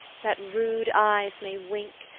that rude eyes may wink,